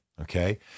Okay